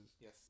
Yes